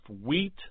wheat